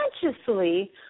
consciously